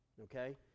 Okay